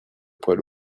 poids